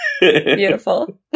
Beautiful